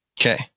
Okay